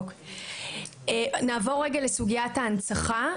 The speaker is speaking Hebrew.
נעבור רגע לסוגיית ההנצחה,